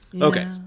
Okay